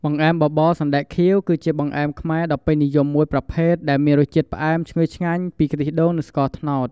បង្អែមបបរសណ្ដែកខៀវ គឺជាបង្អែមខ្មែរដ៏ពេញនិយមមួយប្រភេទ ដែលមានរសជាតិផ្អែមឈ្ងុយឆ្ងាញ់ពីខ្ទិះដូង និងស្ករត្នោត។